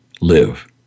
live